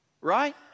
Right